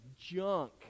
junk